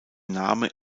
name